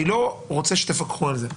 אני לא רוצה שתפקחו על זה.